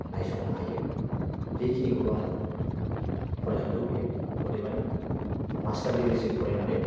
नायसंनो हायो बेखिनिखौल' आङो फरायजानो लुबैयो अदेबानि मास्टार डिग्रिसिम फरायनानै